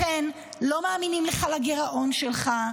לכן לא מאמינים לך לגירעון שלך,